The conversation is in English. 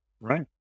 Right